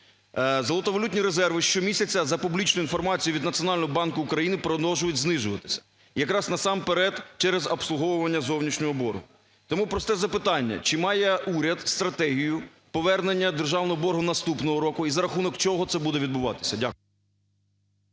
Золотовалютні резерви щомісяця за публічною інформацією від Національного банку України продовжують знижуватися якраз насамперед через обслуговування зовнішнього боргу. Тому просте запитання: чи має уряд стратегію повернення державного боргу наступного року і за рахунок чого це буде відбуватися. Дякую.